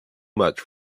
much